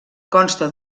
consta